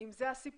אם זה הסיפור.